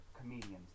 comedians